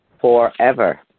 forever